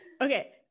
Okay